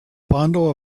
bundle